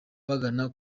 bagana